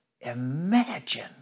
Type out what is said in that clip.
imagine